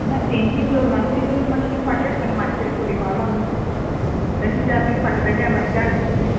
ना तेंची लग्नाची मात्शी कितें फाटीं आसतलें म्हाजे तरेन फुडें पावलां न्हू तेंची चार दीस फाटीं जालीं मागीर चार दीस फुडें